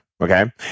Okay